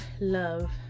love